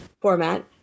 format